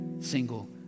single